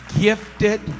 gifted